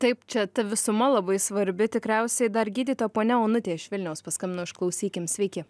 taip čia ta visuma labai svarbi tikriausiai dar gydytoja ponia onutė iš vilniaus paskambino išklausykim sveiki